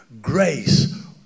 grace